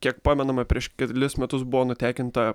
kiek pamename prieš kelis metus buvo nutekinta